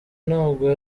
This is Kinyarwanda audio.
ntabwo